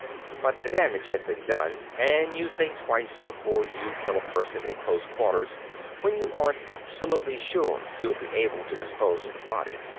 but the damage had been done and you think twice before you kill a person in close quarters when you aren't absolutely sure you'll be able to dispose of the body.